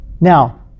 Now